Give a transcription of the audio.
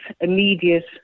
immediate